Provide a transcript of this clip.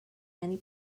many